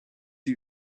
die